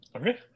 okay